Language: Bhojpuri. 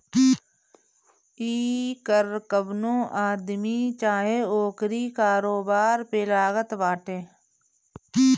इ कर कवनो आदमी चाहे ओकरी कारोबार पे लागत बाटे